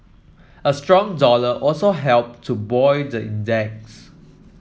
a strong dollar also helped to buoy the index